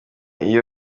iyo